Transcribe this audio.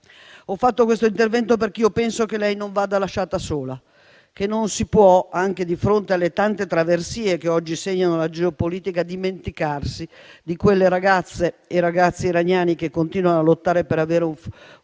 Ho svolto questo intervento perché io penso che lei non vada lasciata sola e che, anche di fronte alle tante traversie che oggi segnano la geopolitica, non ci si può dimenticare di quelle ragazze e ragazzi iraniani che continuano a lottare per un futuro